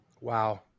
Wow